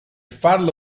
farlo